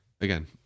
Again